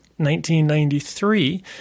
1993